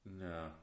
No